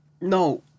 No